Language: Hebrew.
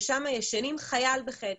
שם ישנים חייל בחדר.